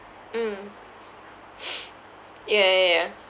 mm ya ya ya